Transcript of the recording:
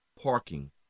Parking